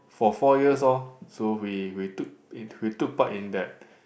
for four years orh so we we took we took part in that